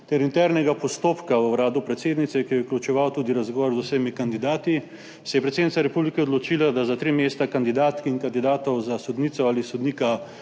ter internega postopka v Uradu predsednice, ki je vključeval tudi razgovor z vsemi kandidati, se je predsednica republike odločila, da za tri mesta kandidatk in kandidatov za sodnico ali sodnika